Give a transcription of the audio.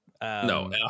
No